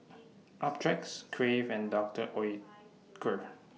Optrex Crave and Doctor Oetker